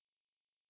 ah